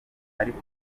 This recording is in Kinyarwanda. ariko